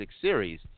series